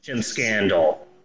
scandal